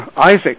Isaac